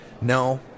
no